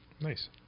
Nice